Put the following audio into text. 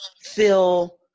feel